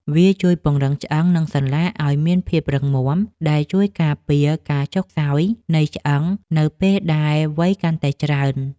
វាជួយពង្រឹងឆ្អឹង និងសន្លាក់ឱ្យមានភាពរឹងមាំ ដែលជួយការពារការចុះខ្សោយនៃឆ្អឹងនៅពេលដែលវ័យកាន់តែច្រើន។